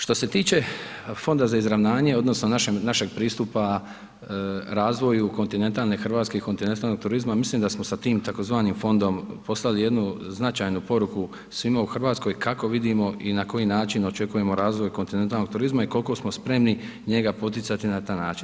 Što se tiče Fonda za izravnanje odnosno našeg pristupa razvoju kontinentalne RH i kontinentalnog turizma, mislim da smo s tim tzv. fondom poslali jednu značajnu poruku svima u RH kako vidimo i na koji način očekujemo razvoj kontinentalnog turizma i kolko smo spremni njega poticati na taj način.